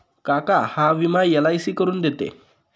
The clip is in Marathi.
काका हा विमा एल.आय.सी करून देते